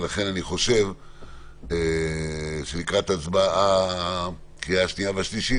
ולכן אני חושב שלקראת הקריאה השנייה והשלישית